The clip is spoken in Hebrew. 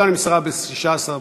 37,